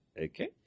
Okay